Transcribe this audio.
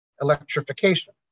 Electrification